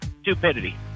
stupidity